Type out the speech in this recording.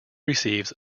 receives